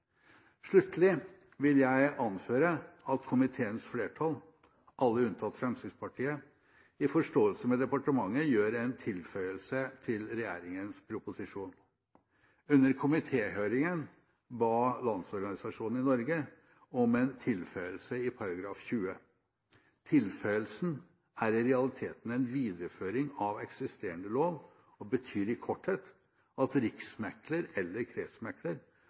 vil jeg anføre at komiteens flertall, alle unntatt Fremskrittspartiet, i forståelse med departementet gjør en tilføyelse til regjeringens proposisjon. Under komitéhøringen ba Landsorganisasjonen i Norge om en tilføyelse i § 20. Tilføyelsen er i realiteten en videreføring av eksisterende lov og betyr i korthet at riksmekler eller en kretsmekler